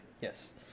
Yes